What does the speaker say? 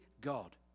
God